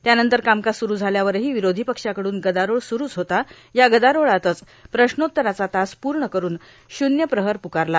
त्यानंतर कामकाज सुरू झाल्यावरही विरोधी पक्षांकडून गदारोळ स्रूच होता या गदारोळातच प्रश्नोत्तराचा तास पूर्ण करून शून्यप्रहर प्कारला